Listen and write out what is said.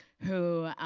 who